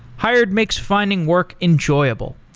hired makes finding work enjoyable.